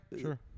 Sure